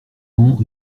ans